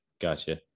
Gotcha